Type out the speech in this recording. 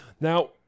Now